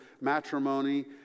matrimony